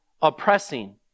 oppressing